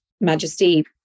majesty